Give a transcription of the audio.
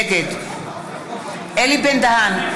נגד יוסף ג'בארין,